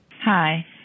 Hi